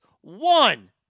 One